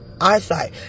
eyesight